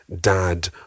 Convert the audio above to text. dad